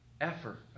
effort